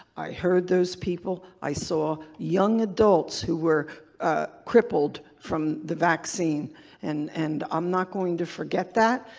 i heard those people. i saw young adults who were crippled from the vaccine and and i'm not going to forget that.